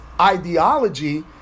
ideology